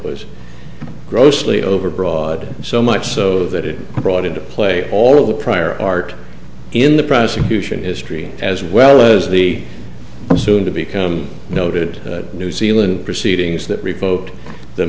was grossly overbroad so much so that it brought into play all of the prior art in the prosecution history as well as the soon to become noted new zealand proceedings that revoked the